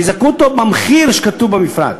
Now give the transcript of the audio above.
ויזכו אותו במחיר שכתוב במפרט.